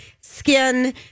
skin